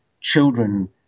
children